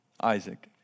Isaac